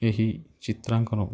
ଏହି ଚିତ୍ରାଙ୍କନ